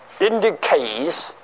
indicates